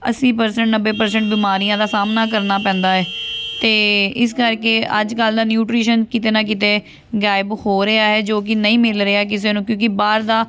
ਅੱਸੀ ਪ੍ਰਸੈਂਟ ਨੱਬੇ ਪ੍ਰਸੈਂਟ ਬਿਮਾਰੀਆਂ ਦਾ ਸਾਹਮਣਾ ਕਰਨਾ ਪੈਂਦਾ ਹੈ ਅਤੇ ਇਸ ਕਰਕੇ ਅੱਜ ਕੱਲ੍ਹ ਦਾ ਨਿਊਟਰੀਸ਼ਨ ਕਿਤੇ ਨਾ ਕਿਤੇ ਗਾਇਬ ਹੋ ਰਿਹਾ ਹੈ ਜੋ ਕਿ ਨਹੀਂ ਮਿਲ ਰਿਹਾ ਕਿਸੇ ਨੂੰ ਕਿਉਂਕਿ ਬਾਹਰ ਦਾ